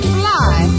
fly